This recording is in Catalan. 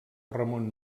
ramon